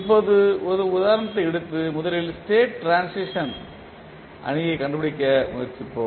இப்போது ஒரு உதாரணத்தை எடுத்து முதலில் ஸ்டேட் ட்ரான்சிஷன் அணியைக் கண்டுபிடிக்க முயற்சிப்போம்